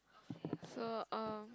so um